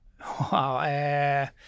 Wow